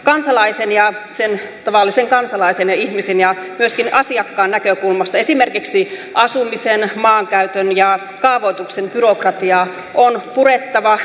kansalaisen sen tavallisen kansalaisen ja ihmisen ja myöskin asiakkaan näkökulmasta esimerkiksi asumisen maankäytön ja kaavoituksen byrokratiaa on purettava